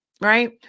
right